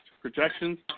projections